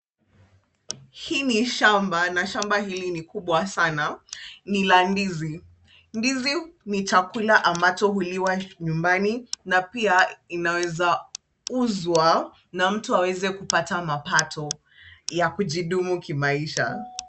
Hii ni shamba na shamba hili ni kubwa sana, ni la ndizi. Ndizi ni chakula ambacho huliwa nyumbani na pia inawezauzwa na mtu aweze kupata mapato ya kujidumu kimaisha.